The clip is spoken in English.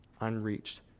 unreached